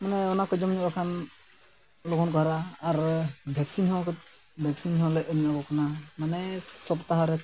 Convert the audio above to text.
ᱢᱟᱱᱮ ᱚᱱᱟ ᱠᱚ ᱡᱚᱢ ᱧᱩ ᱠᱷᱟᱱ ᱞᱚᱜᱚᱱ ᱠᱚ ᱦᱟᱨᱟᱜᱼᱟ ᱟᱨ ᱵᱷᱮᱠᱥᱤᱱ ᱦᱚᱸ ᱵᱷᱮᱠᱥᱤᱱ ᱦᱚᱸᱞᱮ ᱮᱢᱧᱚᱜ ᱟᱠᱚ ᱠᱟᱱᱟ ᱢᱟᱱᱮ ᱥᱚᱯᱛᱟᱦᱚ ᱨᱮ